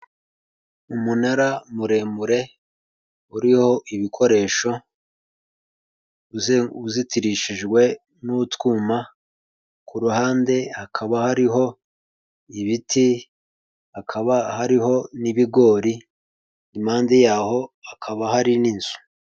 Umunara muremure uriho ibikoresho, uzitirishijwe n'utwuma, ku ruhande hakaba hariho ibiti, hakaba hariho n'ibigori, impande yaho hakaba hari n'inzu.